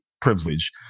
privilege